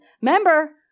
Remember